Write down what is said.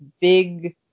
big